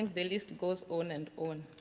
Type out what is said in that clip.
the list goes on and on.